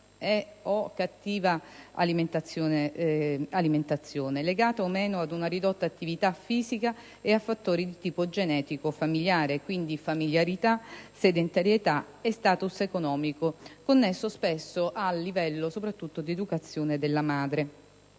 e/o cattiva alimentazione, legata o meno ad una ridotta attività fisica e a fattori di tipo genetico e familiare. Quindi, familiarità, sedentarietà e *status* economico, connesso spesso al livello di istruzione soprattutto della madre.